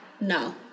No